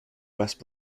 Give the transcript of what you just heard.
west